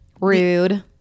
Rude